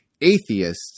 atheist